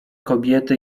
kobiety